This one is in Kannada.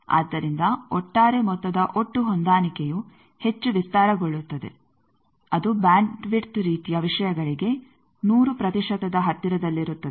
ಆದ್ದರಿಂದ ಒಟ್ಟಾರೆ ಮೊತ್ತದ ಒಟ್ಟು ಹೊಂದಾಣಿಕೆಯು ಹೆಚ್ಚು ವಿಸ್ತಾರಗೊಳ್ಳುತ್ತದೆ ಅದು ಬ್ಯಾಂಡ್ ವಿಡ್ತ್ ರೀತಿಯ ವಿಷಯಗಳಿಗೆ 100 ಪ್ರತಿಶತದ ಹತ್ತಿರದಲ್ಲಿರುತ್ತದೆ